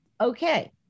Okay